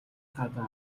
гадаа